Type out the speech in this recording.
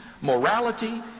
Morality